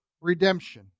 redemption